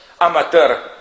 amateur